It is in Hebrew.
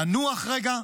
לנוח רגע,